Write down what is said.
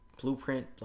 Blueprint